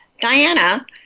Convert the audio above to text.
Diana